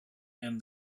and